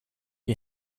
you